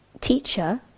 teacher